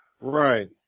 Right